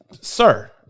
sir